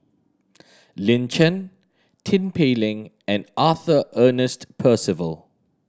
Lin Chen Tin Pei Ling and Arthur Ernest Percival